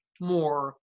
more